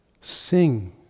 Sing